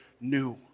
new